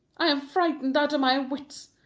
i am frightened out of my wits.